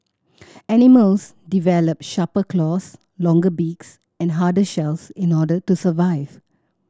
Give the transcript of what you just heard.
animals develop sharper claws longer beaks and harder shells in order to survive